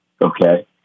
okay